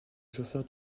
chauffeur